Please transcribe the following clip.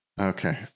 okay